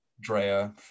Drea